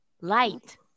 Light